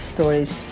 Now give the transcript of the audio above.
Stories